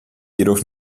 jedoch